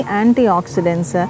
antioxidants